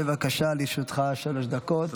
בבקשה, לרשותך שלוש דקות.